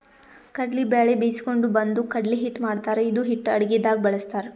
ಕಡ್ಲಿ ಬ್ಯಾಳಿ ಬೀಸ್ಕೊಂಡು ಬಂದು ಕಡ್ಲಿ ಹಿಟ್ಟ್ ಮಾಡ್ತಾರ್ ಇದು ಹಿಟ್ಟ್ ಅಡಗಿದಾಗ್ ಬಳಸ್ತಾರ್